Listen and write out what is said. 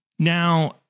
Now